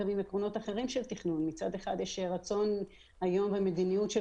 עקרונות אחרים של תכנון כאר מצד אחד יש רצון ומדיניות של